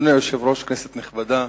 אדוני היושב-ראש, כנסת נכבדה,